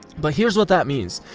but here's what that means.